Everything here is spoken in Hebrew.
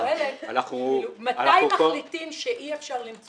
אני שואלת מתי מחליטים שאי-אפשר למצוא